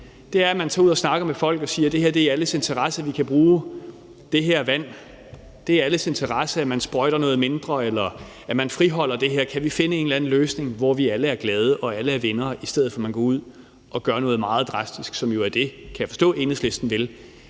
Det er, at man tager ud og snakker med folk og siger: Det er i alles interesse, at vi kan bruge det her vand, og det er i alles interesse, at man sprøjter noget mindre, eller at man friholder det her. Kan vi finde en eller anden løsning, hvor vi alle er glade og alle er venner, i stedet for at man går ud og gør noget meget drastisk, som jo er det, kan jeg forstå, Enhedslisten vil?